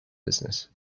business